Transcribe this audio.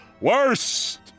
worst